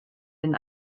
den